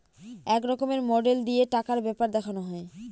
এক রকমের মডেল দিয়ে টাকার ব্যাপার দেখানো হয়